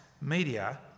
media